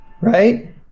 right